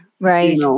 right